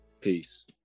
peace